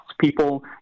People